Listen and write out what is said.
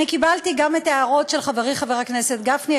אני קיבלתי גם את ההערות של חברי חבר הכנסת גפני,